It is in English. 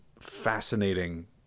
fascinating